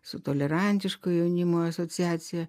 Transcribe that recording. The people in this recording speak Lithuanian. su tolerantiško jaunimo asociacija